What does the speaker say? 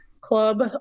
club